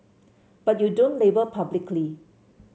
but you don't label publicly